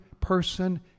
person